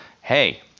Hey